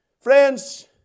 friends